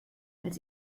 als